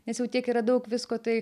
nes jau tiek yra daug visko tai